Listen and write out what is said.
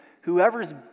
whoever's